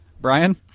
brian